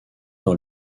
dans